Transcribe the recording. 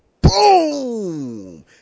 boom